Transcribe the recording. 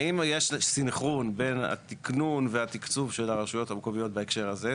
האם יש סנכרון בין התקנון והתקצוב של הרשויות המקומיות בהקשר הזה?